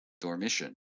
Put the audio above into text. Dormition